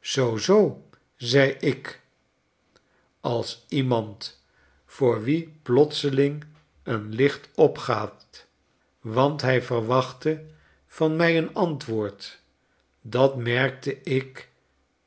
zoo zoo zei ik als iemand voor wien plotseling een licht opgaat want hij verwachtte van mij een antwoord dat merkte ik